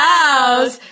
House